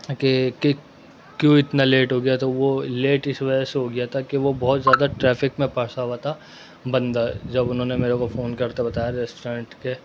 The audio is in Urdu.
کہ کہ کیوں اتنا لیٹ ہو گیا تھا وہ لیٹ اس وجہ سے ہو گیا تھا کہ وہ بہت زیادہ ٹریفک میں پھنسا ہوا تھا بندہ جب انہوں نے میرے کو فون کر کے بتایا ریسٹورینٹ کے